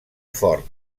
fort